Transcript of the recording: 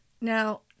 Now